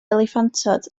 eliffantod